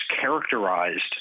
characterized